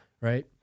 right